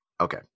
Okay